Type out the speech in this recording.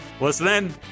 Listen